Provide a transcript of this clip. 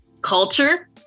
culture